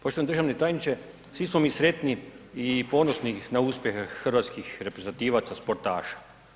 Poštovani državni tajniče, svi smo mi sretni i ponosni na uspjehe hrvatskih reprezentativaca, sportaša.